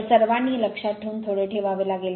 तर सर्वांनी हे लक्षात ठेवून थोडे ठेवावे लागेल